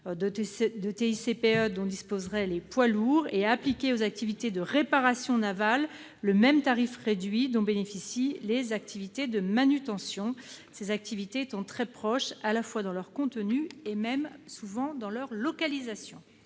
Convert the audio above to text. de TICPE dont disposaient les poids lourds et d'appliquer aux activités de réparation navale le tarif réduit dont bénéficient les activités de manutention, ces activités étant très proches l'une de l'autre, tant par leur contenu que par leur localisation.